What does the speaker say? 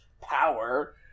power